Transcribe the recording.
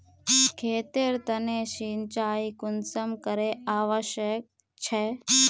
खेतेर तने सिंचाई कुंसम करे आवश्यक छै?